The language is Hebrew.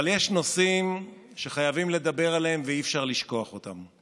אבל יש נושאים שחייבים לדבר עליהם ואי-אפשר לשכוח אותם.